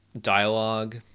dialogue